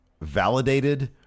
validated